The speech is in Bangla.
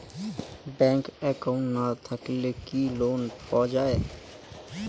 ব্যাংক একাউন্ট না থাকিলে কি লোন পাওয়া য়ায়?